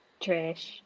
trish